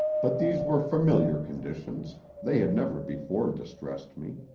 but these were familiar conditions they had never before distressed me.